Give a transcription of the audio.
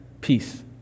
peace